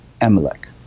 Amalek